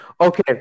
Okay